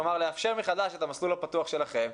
כלומר לאפשר מחדש את המסלול הפתוח שלכם,